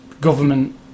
government